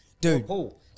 Dude